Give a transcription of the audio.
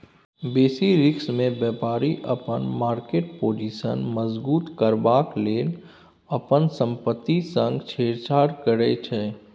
basis रिस्कमे बेपारी अपन मार्केट पाजिशन मजगुत करबाक लेल अपन संपत्ति संग छेड़छाड़ करै छै